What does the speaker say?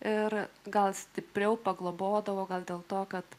ir gal stipriau paglobodavau gal dėl to kad